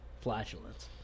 flatulence